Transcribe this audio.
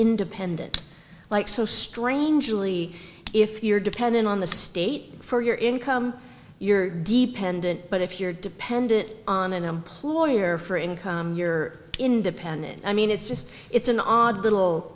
independent like so strangely if you're dependent on the state for your income your dependent but if you're dependent on an employer for income you're independent i mean it's just it's an odd little